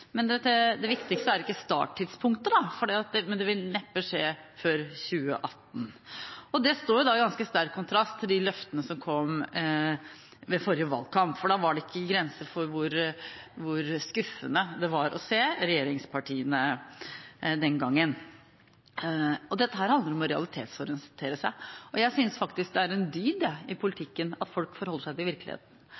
Det viktigste er ikke starttidspunktet, men det vil neppe skje før 2018. Det står i ganske sterk kontrast til de løftene som kom ved forrige valgkamp. Da var det ikke grenser for hvor skuffende det var å se regjeringspartiene den gangen. Dette handler om å realitetsorientere seg. Jeg synes faktisk det er en dyd i politikken at folk forholder seg til virkeligheten.